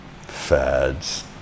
fads